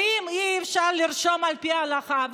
ואם אי-אפשר לרשום על פי ההלכה,